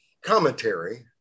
commentary